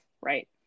Right